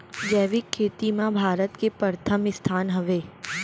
जैविक खेती मा भारत के परथम स्थान हवे